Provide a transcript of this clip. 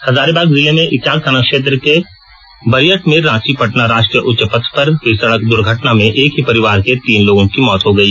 हजारीबाग जिले में इचाक थाना क्षेत्र के बरियठ में रांची पटना राष्ट्रीय उच्च पथ पर हुई सड़क दुर्घटना में एक ही परिवार के तीन लोगों की मौत हो गई